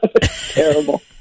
terrible